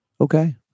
Okay